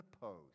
post